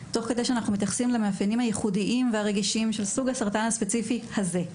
תוך התייחסות למאפיינים הייחודיים והרגישים של סוג הסרטן הספציפי הזה,